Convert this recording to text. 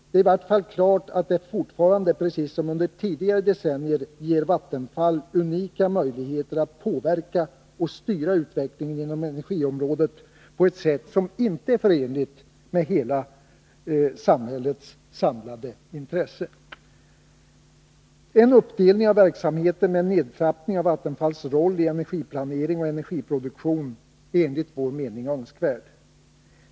Det är i varje fall klart att det fortfarande, precis som under tidigare decennier, ger Vattenfall unika möjligheter att påverka och styra utvecklingen inom energiområdet på ett sätt som inte är förenligt med hela samhällets intresse. En uppdelning av verksamheten med en nedtrappning av Vattenfalls roll i energiplanering och energiproduktion är, enligt vår åsikt, önskvärd.